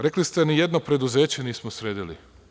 Rekli ste ni jedno preduzeće nismo sredili.